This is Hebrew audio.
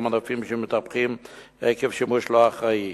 או מנופים שמתהפכים עקב שימוש לא אחראי.